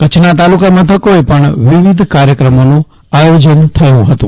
કચ્છના તાલુકા મથકોએ પણ વિવિધ કાર્યક્રમોનું આયોજન થયુ હતું